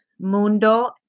Mundo